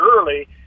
early